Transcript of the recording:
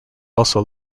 also